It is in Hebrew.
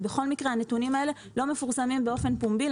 ובכל מקרה הנתונים האלה לא מפורסמים באופן פומבי,